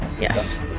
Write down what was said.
yes